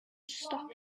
stop